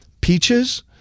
peaches